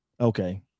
Okay